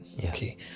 Okay